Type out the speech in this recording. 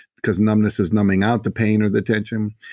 because numbness is numbing out the pain or the tension.